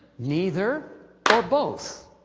neither. or both.